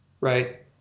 right